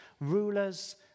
rulers